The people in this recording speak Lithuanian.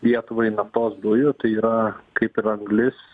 lietuvai naftos dujų tai yra kaip ir anglis